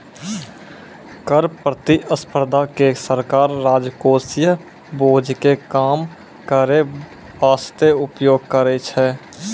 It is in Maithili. कर प्रतिस्पर्धा के सरकार राजकोषीय बोझ के कम करै बासते उपयोग करै छै